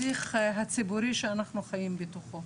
בשיח הציבורי שאנחנו חיים בתוכו.